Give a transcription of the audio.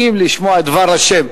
כי אם לשמוע את דבר ה'.